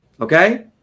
Okay